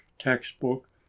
textbook